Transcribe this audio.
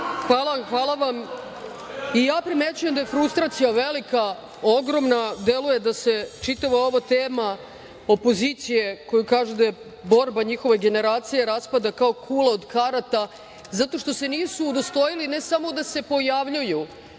Brnabić** Hvala vam. Ja primećujem da je frustracija velika, ogromna, deluje da se čitava ova tema opozicije, koja kaže da je borba njihove generacije raspada kao kula od karata, zato što se nisu udostojili, ne samo da se pojavljuju